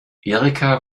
erika